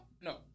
No